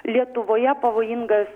lietuvoje pavojingas